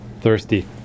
thirsty